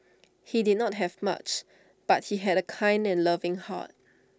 he did not have much but he had A kind and loving heart